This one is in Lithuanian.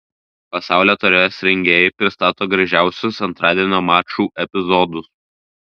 pasaulio taurės rengėjai pristato gražiausius antradienio mačų epizodus